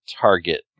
target